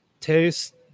taste